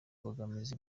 mbogamizi